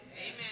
Amen